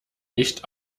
nicht